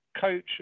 coach